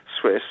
Swiss